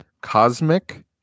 cosmic